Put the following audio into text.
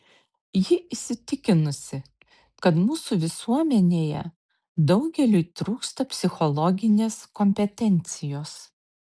ji įsitikinusi kad mūsų visuomenėje daugeliui trūksta psichologinės kompetencijos